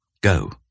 Go